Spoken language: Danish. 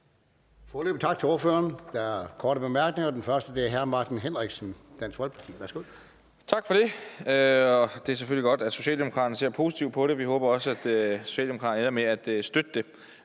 Foreløbig tak til ordføreren. Der er korte bemærkninger. Den første er fra hr. Martin Henriksen, Dansk Folkeparti. Værsgo. Kl. 12:06 Martin Henriksen (DF): Tak for det. Det er selvfølgelig godt, at socialdemokraterne ser positivt på det. Vi håber også, at Socialdemokratiet ender med at støtte det.